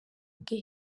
bwe